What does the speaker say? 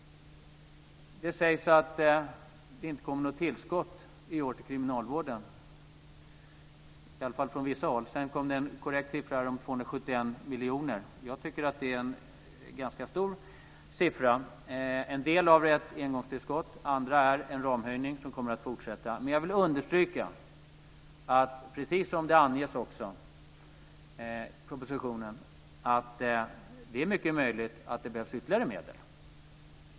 Det sägs att det inte kommer något tillskott till kriminalvården i år, i alla fall från vissa håll. Sedan kom det en korrekt siffra här på 271 miljoner. Jag tycker att det är en ganska stor siffra. En del av det är ett engångstillskott och en annan är en ramhöjning som kommer att fortsätta. Men jag vill understryka, precis som det anges i propositionen, att det är mycket möjligt att det behövs ytterligare medel.